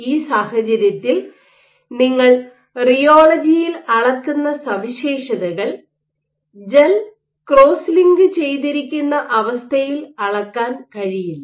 ഈ സാഹചര്യത്തിൽ നിങ്ങൾ റിയോളജിയിൽ അളക്കുന്ന സവിശേഷതകൾ ജെൽ ക്രോസ് ലിങ്ക് ചെയ്തിരിക്കുന്ന അവസ്ഥയിൽ അളക്കാൻ കഴിയില്ല